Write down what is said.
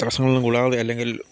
തടസങ്ങളൊന്നും കൂടാതെ അല്ലെങ്കിൽ